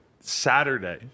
Saturday